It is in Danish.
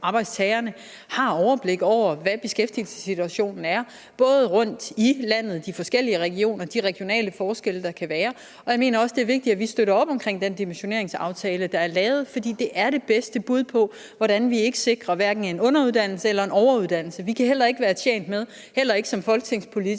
Regioner – har overblik over, hvad beskæftigelsessituationen er rundtom i landet i de forskellige regioner, med de regionale forskelle, der kan være. Jeg mener også, det er vigtigt, at vi støtter op om den dimensioneringsaftale, der er lavet, fordi det er det bedste bud på, hvordan vi sikrer, at der hverken sker underuddannelse eller overuddannelse. Vi kan ikke være tjent med, heller ikke som folketingspolitikere